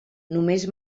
només